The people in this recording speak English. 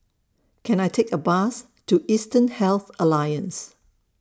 Can I Take A Bus to Eastern Health Alliance